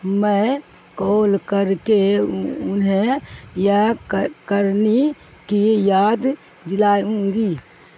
میں کال کر کے انہیں یا کرنی کی یاد دلاؤں گی